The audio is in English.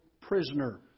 prisoner